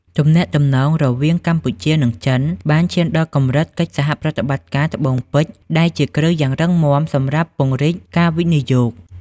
ទំនាក់ទំនងរវាងកម្ពុជា និងចិន បានឈានដល់កម្រិត "កិច្ចសហប្រតិបត្តិការត្បូងពេជ្រ" ដែលជាគ្រឹះយ៉ាងរឹងមាំសម្រាប់ពង្រីកការវិនិយោគ។